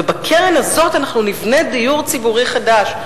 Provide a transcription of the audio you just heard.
ובקרן הזאת אנחנו נבנה דיור ציבורי חדש.